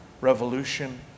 revolution